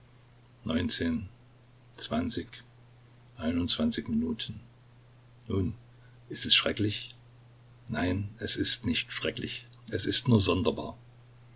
zwanzig einundzwanzig minuten nun ist es schrecklich nein es ist nicht schrecklich es ist nur sonderbar